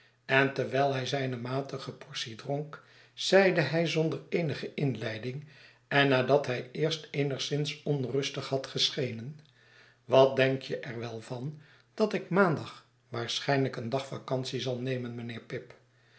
en terwijl hij zijne matige portie dronk zeide hij zonder eenige inleiding en nadat hij eerst eenigszins onrustig had geschenen watdenk jeer wel van datikmaandagwaarschijnlijk een dag vacantie zal nemen mijnheer pip